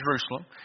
Jerusalem